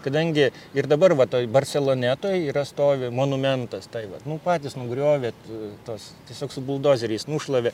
kadangi ir dabar va toj barselonetoj yra stovi monumentas tai vat nu patys nugriovėt tuos tiesiog su buldozeriais nušlavė